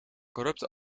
corrupte